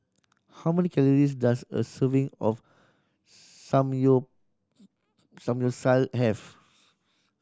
how many calories does a serving of have